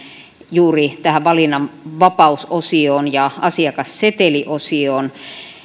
juuri tähän valinnanvapausosioon ja asiakasseteliosioon